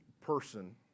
person